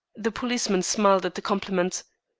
the policeman smiled at the compliment.